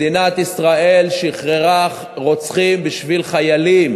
מדינת ישראל שחררה רוצחים בשביל חיילים,